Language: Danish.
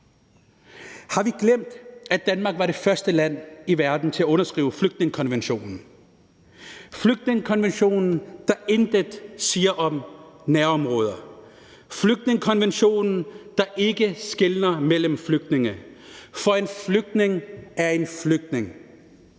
Har vi glemt, at Danmark var det første land i verden til at underskrive flygtningekonventionen? Det er den flygtningekonvention, der intet siger om nærområder, den flygtningekonvention, der ikke skelner mellem flygtninge, for en flygtning er en flygtning.